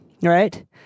right